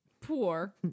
Poor